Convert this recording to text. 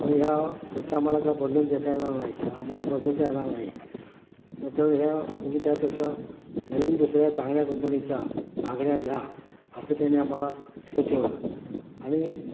तर ह्या खुर्च्या आम्हाला काय बदलून देता येणार नाही का आम्हाला बदलता येणार नाही त तर ह्या तुम्ही त्यापेक्षा नवीन दुसऱ्या चांगल्या कंपनीच्या महागड्या घ्या असं त्याने आम्हाला सुचवलं आणि